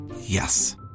Yes